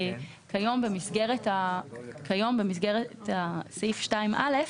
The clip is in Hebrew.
כיום, במסגרת סעיף 2(א),